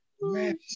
Man